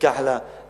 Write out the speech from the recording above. ייקח לה זמן,